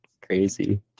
Crazy